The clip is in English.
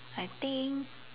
I think